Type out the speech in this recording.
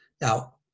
Now